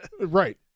Right